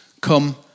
come